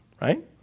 Right